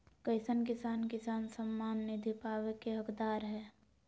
कईसन किसान किसान सम्मान निधि पावे के हकदार हय?